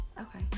okay